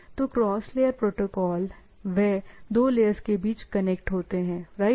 तो cross layer protocol वे दो लेयर्स के बीच कनेक्ट होते हैं राइट